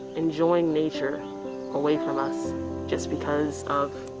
enjoying nature away from us just because of